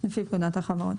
לפי פקודת החברות.